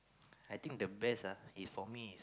I think the best ah is for me